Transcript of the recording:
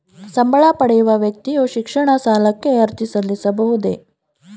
ಸಂಬಳ ಪಡೆಯುವ ವ್ಯಕ್ತಿಯು ಶಿಕ್ಷಣ ಸಾಲಕ್ಕೆ ಅರ್ಜಿ ಸಲ್ಲಿಸಬಹುದೇ?